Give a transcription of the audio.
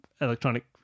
electronic